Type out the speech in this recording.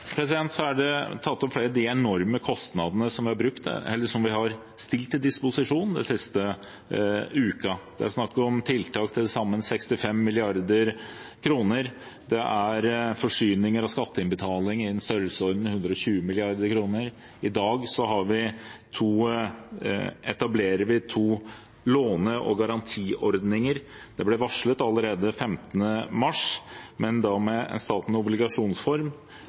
Nav. Så til de enorme kostnadene, til midlene som vi har stilt til disposisjon den siste uken. Det er snakk om tiltak på til sammen 65 mrd. kr, og det er forsyninger og skatteinnbetaling i størrelsesorden 120 mrd. kr. I dag etablerer vi to låne- og garantiordninger. Det ble varslet allerede 15. mars, med Statens obligasjonsfond, men